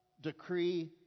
decree